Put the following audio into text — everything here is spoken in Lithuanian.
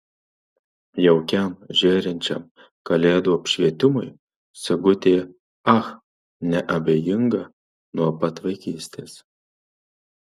jaukiam žėrinčiam kalėdų apšvietimui sigutė ach neabejinga nuo pat vaikystės